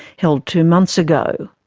held two months ago.